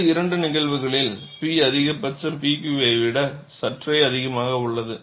மற்ற இரண்டு நிகழ்வுகளில் P அதிகபட்சம் P Q ஐ விட சற்றே அதிகமாக உள்ளது